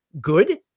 good